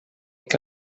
que